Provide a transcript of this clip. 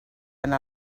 anar